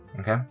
okay